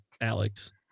Alex